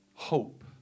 hope